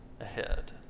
ahead